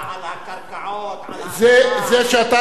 הגמוניה על הקרקעות, על האדמה, על, זה שאתה יותר,